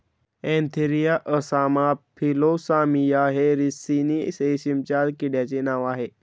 Antheraea असामा फिलोसामिया हे रिसिनी रेशीमच्या किड्यांचे नाव आह